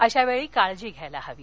अशावछी काळजी घ्यायला हवी